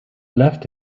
left